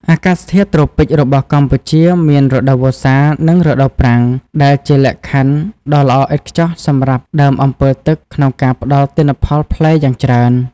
អាកាសធាតុត្រូពិចរបស់កម្ពុជាមានរដូវវស្សា និងរដូវប្រាំង ដែលជាលក្ខខណ្ឌដ៏ល្អឥតខ្ចោះសម្រាប់ដើមអម្ពិលទឹកក្នុងការផ្តល់ទិន្នផលផ្លែយ៉ាងច្រើន។